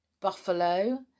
buffalo